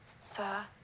Sir